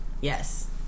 Yes